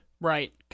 Right